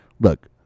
look